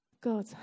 God